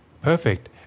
Perfect